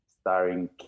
starring